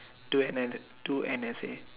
to an an to an essay